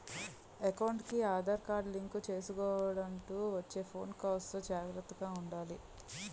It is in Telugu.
ఎకౌంటుకి ఆదార్ కార్డు లింకు చేసుకొండంటూ వచ్చే ఫోను కాల్స్ తో జాగర్తగా ఉండాలి